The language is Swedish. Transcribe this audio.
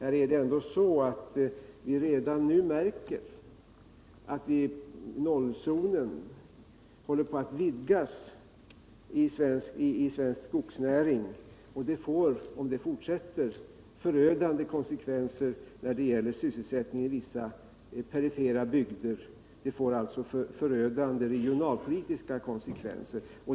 Vi märker ändock redan nu att 0-zonen håller på att vidgas inom den svenska skogsnäringen, och det får — om det fortsätter — förödande konsekvenser när det gäller sysselsättningen i vissa perifera bygder, dvs. förödande regionalpolitiska konsekvenser.